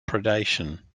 predation